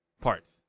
parts